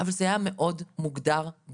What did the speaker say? אבל בדור שלי זה היה מאוד מגדר בנות